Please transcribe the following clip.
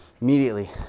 immediately